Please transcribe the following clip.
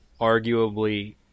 arguably